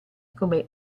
come